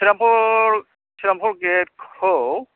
श्रीरामपुर श्रीरामपुर गेटखौ